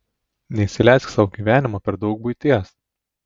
neįsileisk į savo gyvenimą per daug buities